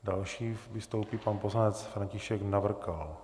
Další vystoupí pan poslanec František Navrkal.